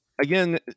Again